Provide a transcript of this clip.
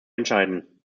entscheiden